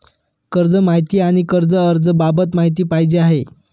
कर्ज माहिती आणि कर्ज अर्ज बाबत माहिती पाहिजे आहे